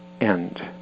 end